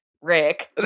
Rick